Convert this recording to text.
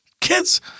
kids